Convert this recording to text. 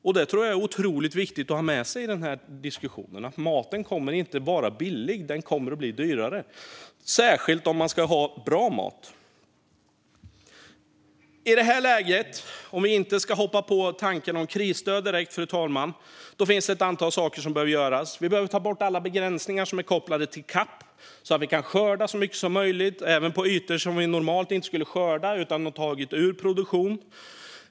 Detta tror jag är otroligt viktigt att ha med sig i denna diskussion, alltså att maten inte kommer att vara billig utan att den kommer att bli dyrare, särskilt om man ska ha bra mat. Fru talman! I detta läge finns det, om vi inte ska hoppa på tanken om krisstöd direkt, ett antal saker som behöver göras. Vi behöver ta bort alla begränsningar som är koppade till CAP, så att vi kan skörda så mycket som möjligt och även på ytor som vi normalt inte skulle skörda utan har tagit ur produktion.